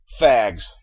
Fags